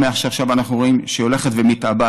אני שמח שעכשיו אנחנו רואים שהיא הולכת ומתעבה.